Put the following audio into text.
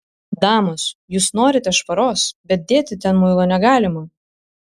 damos jūs norite švaros bet dėti ten muilo negalima